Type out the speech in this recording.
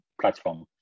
platform